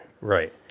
right